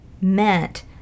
meant